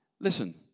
Listen